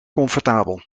comfortabel